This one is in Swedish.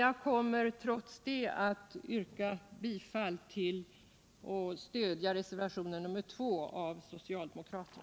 Jag vill trots det yrka bifall till reservationen 2 av socialdemokraterna.